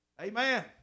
Amen